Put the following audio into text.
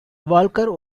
walker